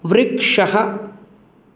वृक्षः